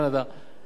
דרום-אמריקה,